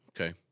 Okay